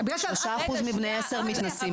3% מבני 10 מתנסים.